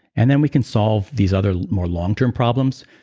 and then we can solve these other more long-term problems.